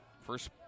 First